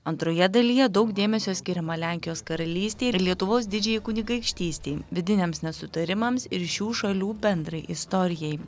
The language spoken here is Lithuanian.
antroje dalyje daug dėmesio skiriama lenkijos karalystei ir lietuvos didžiajai kunigaikštystei vidiniams nesutarimams ir šių šalių bendrai istorijai